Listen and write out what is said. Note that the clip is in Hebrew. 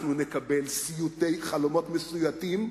אנחנו נקבל סיוטי חלומות, חלומות מסויטים,